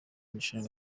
irushanwa